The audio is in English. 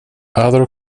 other